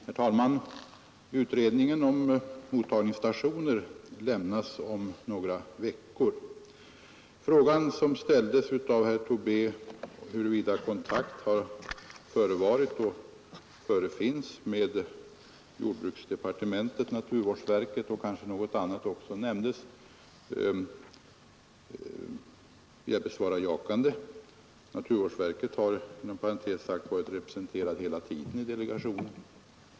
Herr talman! Utredningen om mottagningsstationer lämnar sitt betänkande om några veckor. maters utåtriktade utrikespolitiska aktivitet Frågan som herr Tobé ställde om huruvida kontakt har förevarit och förefinns med jordbruksdepartementet och naturvårdsverket — kanske någon annan myndighet också nämndes — vill jag besvara jakande. Naturvårdsverket har, inom parentes sagt, varit representerat hela tiden i delegationen.